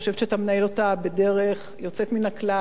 חושבת שאתה מנהל אותה בדרך יוצאת מן הכלל,